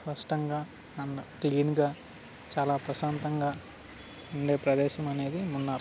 స్పష్టంగా అండ్ క్లీన్గా చాలా ప్రశాంతంగా ఉండే ప్రదేశం అనేది ఉన్నారు